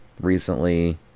recently